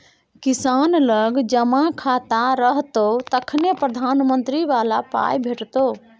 किसान लग जमा खाता रहतौ तखने प्रधानमंत्री बला पाय भेटितो